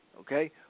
okay